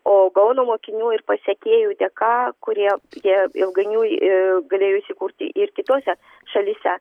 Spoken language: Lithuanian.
o gaono mokinių ir pasekėjų dėka kurie tie ilgainiui ee galėjo įsikurti ir kitose šalyse